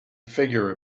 figure